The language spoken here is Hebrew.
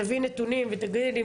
תביאי נתונים ותגידי לי,